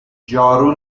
جارو